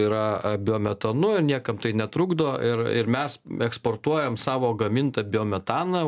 yra a biometanu ir niekam tai netrukdo ir ir mes eksportuojam savo gamintą biometaną